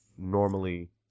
Normally